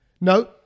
No